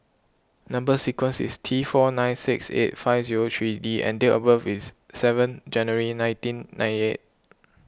Number Sequence is T four nine six eight five zero three D and date of birth is seven January nineteen ninety eight